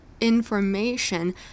information